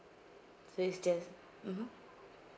so it's just mmhmm